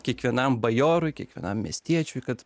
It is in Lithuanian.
kiekvienam bajorui kiekvienam miestiečiui kad